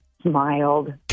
smiled